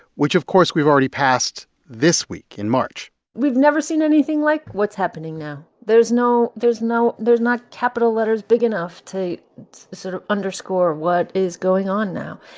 which of course we've already passed this week in march we've never seen anything like what's happening now. there's no there's no there's not capital letters big enough to sort of underscore what is going on now.